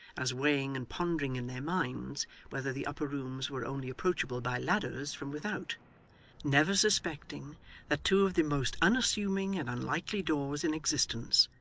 as weighing and pondering in their minds whether the upper rooms were only approachable by ladders from without never suspecting that two of the most unassuming and unlikely doors in existence,